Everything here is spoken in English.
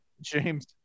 James